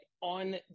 on